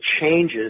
changes